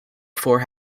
four